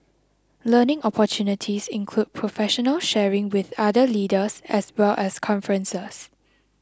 learning opportunities include professional sharing with other leaders as well as conferences